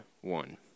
one